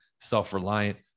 self-reliant